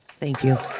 thank you.